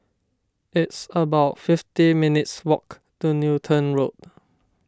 it's about fifty minutes' walk to Newton Road